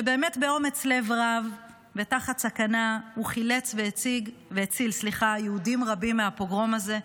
שבאמת באומץ לב רב ותחת סכנה הוא חילץ והציל יהודים רבים מהפוגרום הזה.